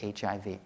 HIV